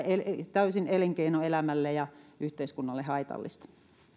täysin elinkeinoelämälle ja yhteiskunnalle haitallista